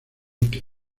blake